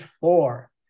four